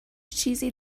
چیزی